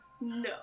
No